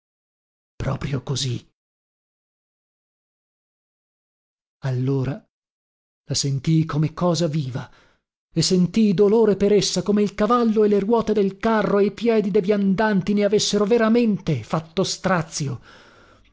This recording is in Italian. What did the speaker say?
proprio così allora la sentii come cosa viva e sentii dolore per essa come il cavallo e le ruote del carro e i piedi de viandanti ne avessero veramente fatto strazio